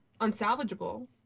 unsalvageable